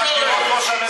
אז תגידו תודה.